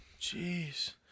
Jeez